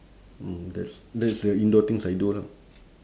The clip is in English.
mm that's that's the indoor things I do lah